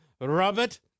Robert